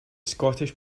scottish